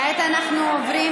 כעת אנחנו עוברים